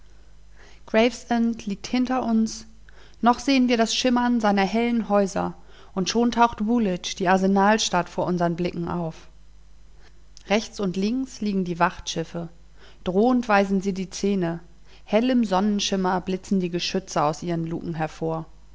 liegt hinter uns noch sehen wir das schimmern seiner hellen häuser und schon taucht woolwich die arsenalstadt vor unsern blicken auf rechts und links liegen die wachtschiffe drohend weisen sie die zähne hell im sonnenschimmer blitzen die geschütze aus ihren luken hervor